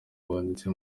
wanditse